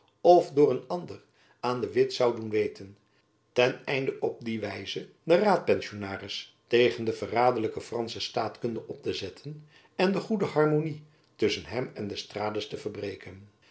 of door een ander aan de witt zoû doen weten ten einde op die wijze den raadpensionaris tegen de verraderlijke fransche staatkunde op te zetten en de goede harmony tusschen hem en d'estrades te verbreken